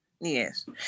Yes